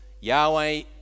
Yahweh